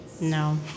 No